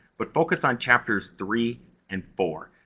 but focus on chapters three and four.